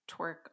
twerk